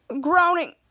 groaning